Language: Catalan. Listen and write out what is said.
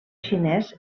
xinès